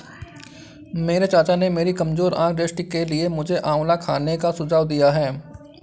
मेरे चाचा ने मेरी कमजोर आंख दृष्टि के लिए मुझे आंवला खाने का सुझाव दिया है